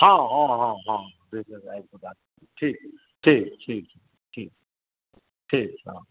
हँ हँ हँ हँ आबि कऽ बात करैत ठीक ठीक ठीक ठीक ठीक